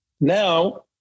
Now